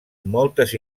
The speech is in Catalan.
moltes